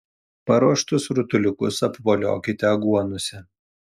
paruoštus rutuliukus apvoliokite aguonose